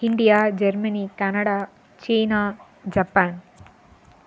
India Germany Canada China Japan